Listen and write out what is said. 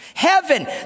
heaven